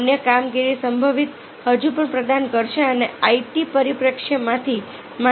અન્ય કામગીરી સંભવિત હજુ પણ પ્રદાન કરશે અન્ય IT પરિપ્રેક્ષ્યમાંથી માહિતી પ્રદાન કરશે